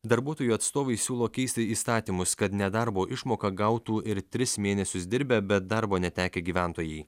darbuotojų atstovai siūlo keisti įstatymus kad nedarbo išmoką gautų ir tris mėnesius dirbę bet darbo netekę gyventojai